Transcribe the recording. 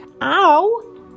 Ow